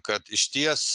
kad išties